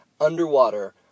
underwater